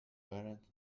warrant